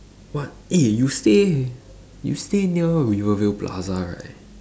what eh you stay you stay near rivervale plaza right